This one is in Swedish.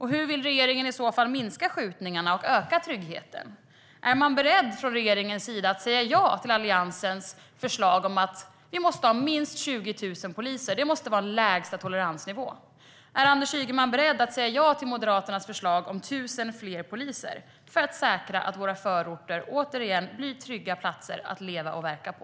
Hur vill regeringen i så fall minska skjutningarna och öka tryggheten? Är man beredd från regeringens sida att säga ja till Alliansens förslag om minst 20 000 poliser? Det måste vara en lägsta toleransnivå. Är Anders Ygeman beredd att säga ja till Moderaternas förslag om 1 000 fler poliser för att säkra att våra förorter återigen blir trygga platser att leva och verka på?